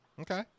Okay